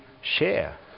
share